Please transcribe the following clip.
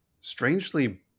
strangely